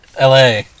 LA